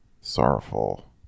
Sorrowful